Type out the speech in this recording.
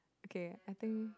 okay I think